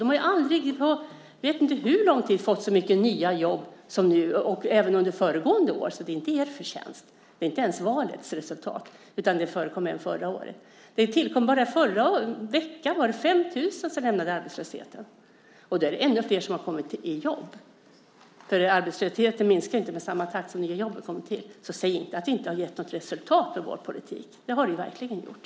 De har ju inte på jag vet inte hur lång tid fått in så många nya jobb som nu och även under föregående år. Det är alltså inte er förtjänst. Det är inte ens ett resultat av valet, utan det förekom även förra året. Bara i förra veckan var det 5 000 som lämnade arbetslösheten, och då är det ännu flera som har kommit i jobb eftersom arbetslösheten inte minskar i samma takt som nya jobb kommer till. Säg alltså inte att vår politik inte har gett något resultat. Det har den ju verkligen gjort.